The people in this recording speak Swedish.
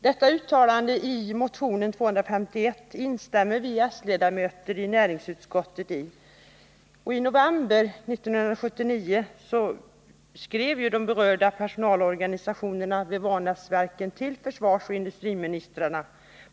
Vi s-ledamöter i näringsutskottet instämmer i detta uttalande i motion 251. I november 1979 skrev de berörda personalorganisationerna vid Vanäsverken till försvarsoch industriministrarna.